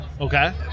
Okay